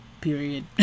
period